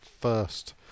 first